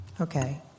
Okay